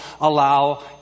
allow